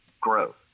growth